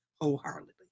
wholeheartedly